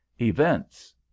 Events